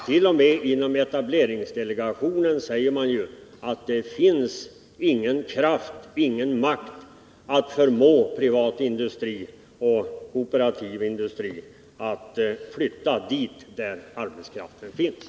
T.o.m. inom etableringsdelegationen säger man, att det finns ingen möjlighet att förmå privat och kooperativ industri att flytta dit där arbetskraften finns.